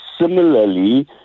similarly